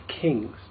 kings